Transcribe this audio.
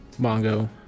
Mongo